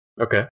Okay